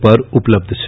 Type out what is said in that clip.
પર ઉપલબ્ધ છે